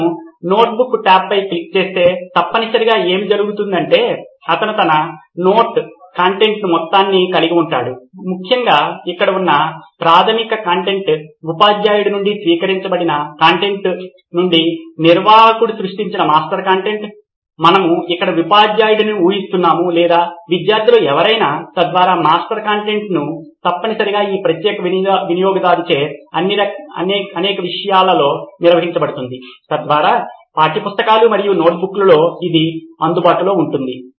అతను notebook tab పై click చేస్తే తప్పనిసరిగా ఏమి జరుగుతుందంటే అతను తన నోట్ కంటెంట్ మొత్తాన్ని కలిగి ఉంటాడు ముఖ్యంగా ఇక్కడ ఉన్న ప్రాధమిక కంటెంట్ ఉపాధ్యాయుడి నుండి స్వీకరించబడిన కంటెంట్ నుండి నిర్వాహకుడు సృష్టించిన మాస్టర్ కంటెంట్ మనము ఇక్కడ ఉపాధ్యాయుడని ఊహిస్తున్నాము లేదా విద్యార్థిలో ఎవరైనా తద్వారా మాస్టర్ కంటెంట్ తప్పనిసరిగా ఈ ప్రత్యేక వినియోగదారుచే అనేక విషయాలలో నిర్వహించబడుతుంది తద్వారా పాఠ్యపుస్తకాలు మరియు నోట్బుక్లలో ఇది అందుబాటులో ఉంటుంది